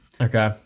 Okay